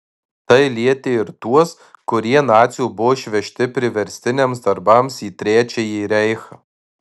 tai lietė ir tuos kurie nacių buvo išvežti priverstiniams darbams į trečiąjį reichą